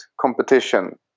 competition